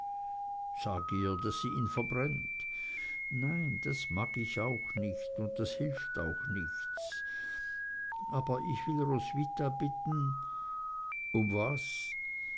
daß sie ihn verbrennt nein das mag ich auch nicht und das hilft auch nichts aber ich will roswitha bitten um was